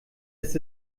ist